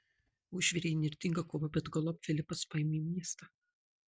užvirė įnirtinga kova bet galop filipas paėmė miestą